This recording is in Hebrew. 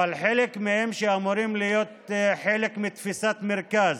אבל חלק מהם אמורים להיות בתפיסה מרכז,